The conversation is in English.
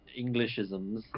Englishisms